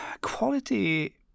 Quality